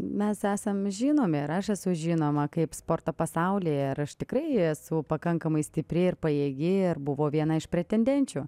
mes esam žinomi ir aš esu žinoma kaip sporto pasaulyje ir aš tikrai esu pakankamai stipri ir pajėgi ir buvau viena iš pretendenčių